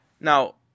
Now